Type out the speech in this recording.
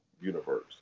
universe